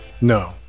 no